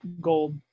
gold